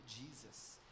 Jesus